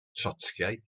trotscïaeth